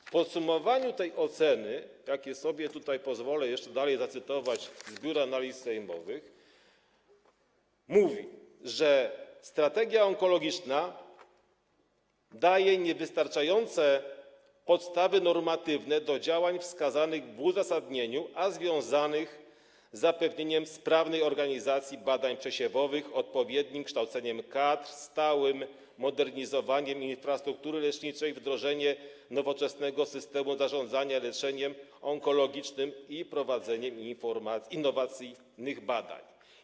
W podsumowaniu tej oceny pozwolę sobie tutaj jeszcze zacytować fragmenty opinii Biura Analiz Sejmowych: Strategia onkologiczna daje niewystarczające podstawy normatywne do działań wskazanych w uzasadnieniu, a związanych z zapewnieniem sprawnej organizacji badań przesiewowych odpowiednim kształceniem kadr, stałym modernizowaniem infrastruktury leczniczej, wdrożeniem nowoczesnego systemu zarządzania leczeniem onkologicznym i prowadzeniem innowacyjnych badań.